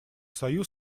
союз